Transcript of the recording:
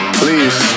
please